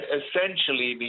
essentially